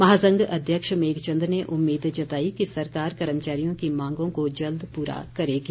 महासंघ अध्यक्ष मेघचंद ने उम्मीद जताई कि सरकार कर्मचारियों की मांगों को जल्द पूरा करेगी